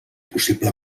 possible